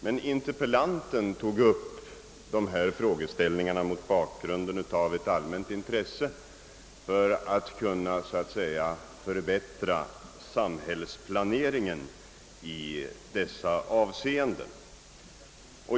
Men interpellanten reste dessa frågeställningar mot bakgrund av ett allmänt intresse för att kunna förbättra samhällsplaneringen i hithörande avseenden.